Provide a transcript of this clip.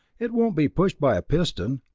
it won't be pushed by a piston,